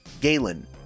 Galen